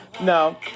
No